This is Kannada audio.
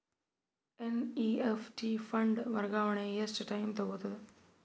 ಎನ್.ಇ.ಎಫ್.ಟಿ ಫಂಡ್ ವರ್ಗಾವಣೆ ಎಷ್ಟ ಟೈಮ್ ತೋಗೊತದ?